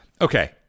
Okay